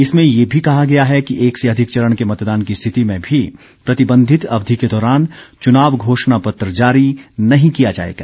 इसमें यह भी कहा गया है कि एक से अधिक चरण के मतदान की स्थिति में भी प्रतिबंधित अवधि के दौरान चुनाव घोषणा पत्र जारी नहीं किया जाएगा